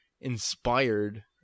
inspired